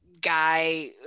guy